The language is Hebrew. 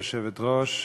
כבוד היושבת-ראש,